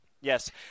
Yes